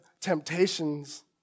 temptations